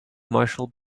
marshall